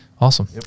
Awesome